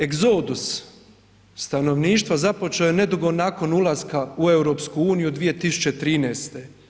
Egzodus stanovništva započeo je nedugo nakon ulaska u EU 2013.